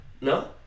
No